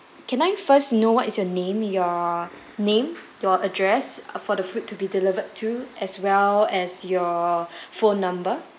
can I first know what is your name your name your address for the food to be delivered to as well as your phone number